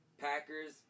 Packers